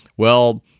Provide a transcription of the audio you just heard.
well,